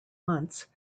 months